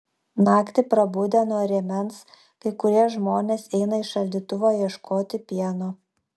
naktį prabudę nuo rėmens kai kurie žmonės eina į šaldytuvą ieškoti pieno